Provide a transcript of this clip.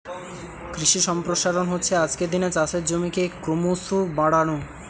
কৃষি সম্প্রসারণ হচ্ছে আজকের দিনে চাষের জমিকে ক্রোমোসো বাড়ানো